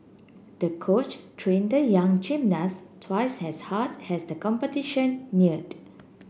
the coach train the young gymnast twice as hard as the competition neared